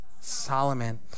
Solomon